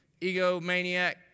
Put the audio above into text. egomaniac